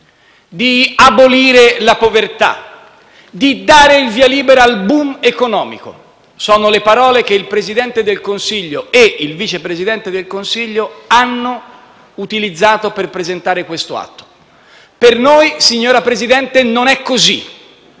di abolire la povertà, di dare il via libera al boom economico: sono le parole che il Presidente del Consiglio e il Vice Presidente del Consiglio hanno utilizzato per presentare questo atto. Per noi, signor Presidente, non è così: